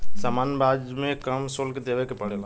सामान्य ब्याज में कम शुल्क देबे के पड़ेला